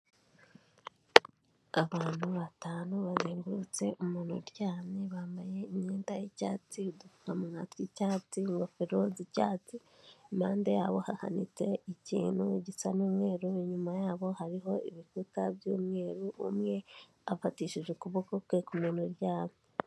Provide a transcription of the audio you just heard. Abantu batanu, bazengurutse umuntu uryamye, bambaye imyenda y'icyatsi, udupfukamunwa tw'icyatsi, ingofero z'icyatsi, impande yabo hahanitse ikintu gisa n'umweru, inyuma yabo hariho ibikuta by'umweru, umwe afatishije ukuboko kwe, ku muntu uryamye.